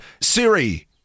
Siri